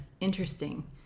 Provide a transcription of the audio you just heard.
interesting